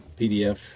PDF